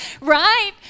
Right